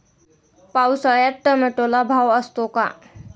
पावसाळ्यात टोमॅटोला भाव असतो का?